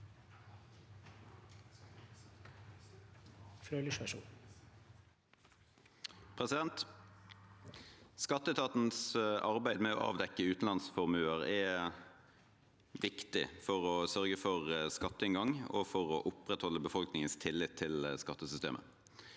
for saken): Skatteetatens arbeid med å avdekke utenlandsformuer er viktig for å sørge for skatteinngang og for å opprettholde befolkningens tillit til skattesystemet.